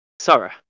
Sorry